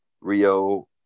Rio